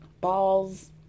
balls